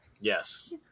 Yes